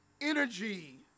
energy